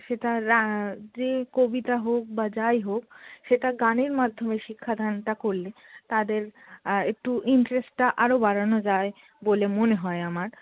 সেটা যে কবিতা হোক বা যাই হোক সেটা গানের মাধ্যমে শিক্ষাদানটা করলে তাদের একটু ইন্টারেস্টটা আরও বাড়ানো যায় বলে মনে হয় আমার